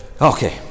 okay